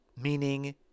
meaning